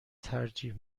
ترجیح